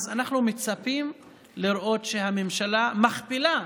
אז אנחנו מצפים לראות שהממשלה מכפילה,